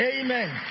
Amen